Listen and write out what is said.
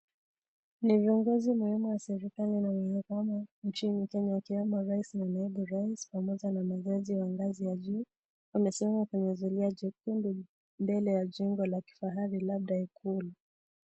Ni viongozi muhimu wa serikali na miongoni nchini Kenya wakiwemo rais na naibu rais pamoja na majaji wa ngazi ya juu , wamesimama kwenye zulia jukuu mbele ya jengo la kifahari labda ikulu.